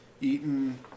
eaten